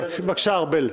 בבקשה, ארבל.